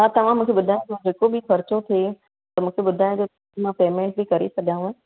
हा तव्हां मूंखे ॿुधाइजो जेको बि ख़र्चो थिए त मूंखे ॿुधाइजो त मां पेमेंंट बि करे छॾियांव